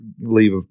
leave